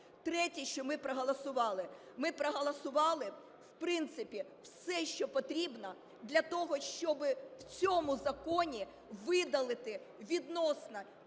Третє, що ми проголосували. Ми проголосували, в принципі, все, що потрібно для того, щоб в цьому законі видалити відносно